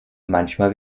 manchmal